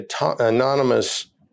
anonymous